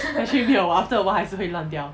actually 没有我 after awhile 还是会乱掉